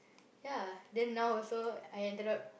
ya then now also I ended up